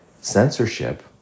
Censorship